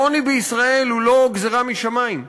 העוני בישראל הוא לא גזירה משמים,